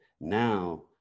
now